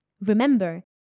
Remember